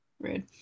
Rude